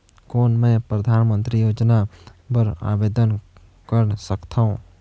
कौन मैं परधानमंतरी योजना बर आवेदन कर सकथव?